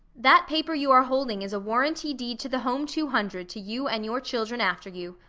that paper you are holding is a warrantee deed to the home two hundred to you and your children after you.